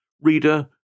Reader